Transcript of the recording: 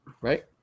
right